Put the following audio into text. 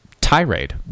tirade